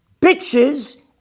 bitches